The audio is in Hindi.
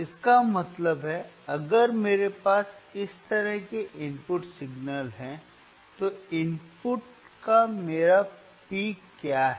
इसका मतलब है अगर मेरे पास इस तरह से इनपुट सिग्नल है तो इनपुट का मेरा पिक क्या है